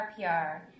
RPR